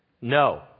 No